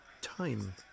time